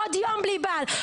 עוד יום בלי בעל,